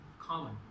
common